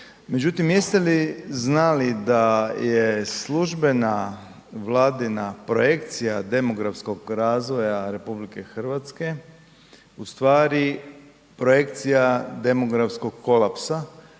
Međutim, jeste li znali da je službena Vladina projekcija demografskog razvoja Republike Hrvatske ustvari projekcija demografskoj kolapsa?